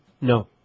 No